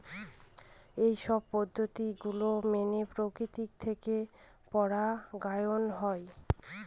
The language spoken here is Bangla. এইসব পদ্ধতি গুলো মেনে প্রকৃতি থেকে পরাগায়ন হয়